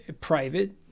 private